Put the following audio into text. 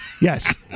Yes